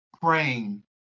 praying